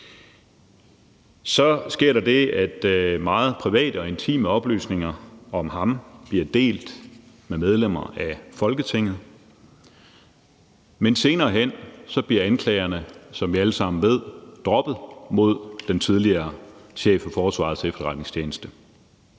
Så sker der det, at meget private og intime oplysninger om ham bliver delt med medlemmer af Folketinget. Men senere hen bliver anklagerne, som vi alle sammen ved, mod den tidligere chef for Forsvarets Efterretningstjeneste